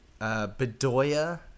Bedoya